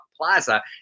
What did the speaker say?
Plaza